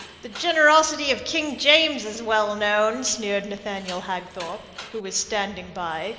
the generosity of king james is well known, sneered nathaniel hagthorpe, who was standing by,